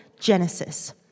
Genesis